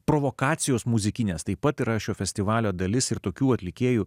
provokacijos muzikinės taip pat yra šio festivalio dalis ir tokių atlikėjų